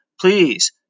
please